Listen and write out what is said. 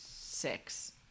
six